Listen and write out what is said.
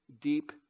deep